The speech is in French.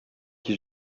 qui